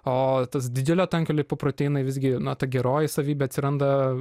o tas didelio tankio lipoproteinai vis gi na ta geroji savybė atsiranda